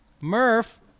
Murph